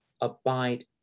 abide